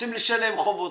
רוצים לשלם חובות,